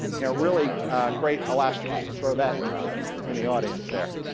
you know really great elastomers, so throw that in the audience there.